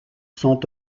sont